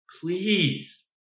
please